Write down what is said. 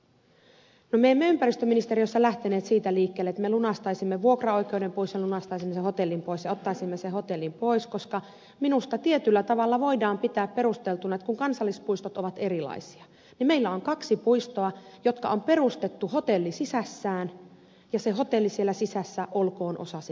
me emme ympäristöministeriössä lähteneet siitä liikkeelle että me lunastaisimme vuokraoikeuden pois lunastaisimme sen hotellin pois ja ottaisimme sen hotellin pois koska minusta tietyllä tavalla voidaan pitää perusteltuna että kun kansallispuistot ovat erilaisia niin meillä on kaksi puistoa jotka on perustettu hotelli sisässään ja se hotelli siellä sisässä olkoon osa sitä puistoa